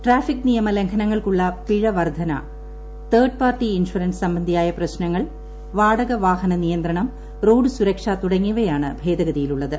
traffic നിയമ ലംഘനങ്ങൾക്കുള്ള പിഴവർദ്ധന തേർഡ് പാർട്ടി ഇൻഷുറൻസ് സംബന്ധിയായ പ്രശ്നങ്ങൾ വാടക വാഹന നിയന്ത്രണം റോഡ് സുരക്ഷ തുടങ്ങിയവയാണ് ഭേദഗതിയിലുള്ളത്